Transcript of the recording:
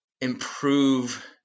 improve